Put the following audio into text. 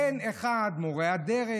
מורי הדרך.